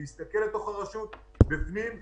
להסתכל אל תוך הרשות בפנים,